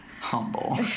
humble